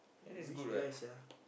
eh rich guy sia